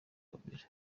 kabila